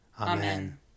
Amen